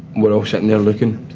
we're all sitting there looking.